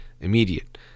Immediate